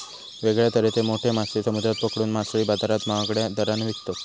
वेगळ्या तरेचे मोठे मासे समुद्रात पकडून मासळी बाजारात महागड्या दराने विकतत